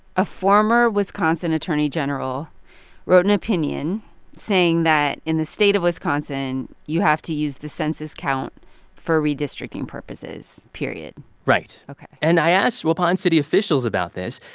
a former wisconsin attorney general wrote an opinion saying that in the state of wisconsin, you have to use the census count for redistricting purposes, period right ok and i asked waupun city officials about this.